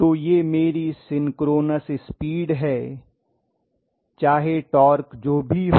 तो यह मेरी सिंक्रोनस स्पीड है चाहे टार्क जो भी हो